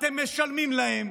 אתם משלמים להם,